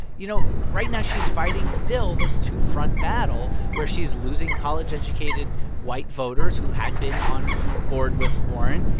you know, right now, she's fighting, still, this two-front battle where she's losing college-educated white voters who had been on board with warren.